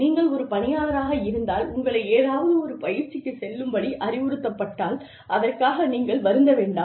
நீங்கள் ஒரு பணியாளராக இருந்தால் உங்களை ஏதாவது ஒரு பயிற்சிக்கு செல்லும்படி அறிவுறுத்தப்பட்டால் அதற்காக நீங்கள் வருந்த வேண்டாம்